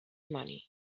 money